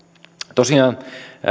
tosiaan